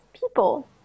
people